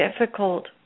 difficult